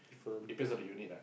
depends on the unit right